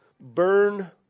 burn